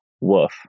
woof